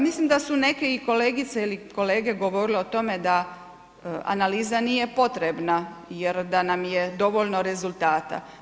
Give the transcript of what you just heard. Mislim da su i neke kolegice ili kolege govorili o tome da analiza nije potrebna jer da nam je dovoljno rezultata.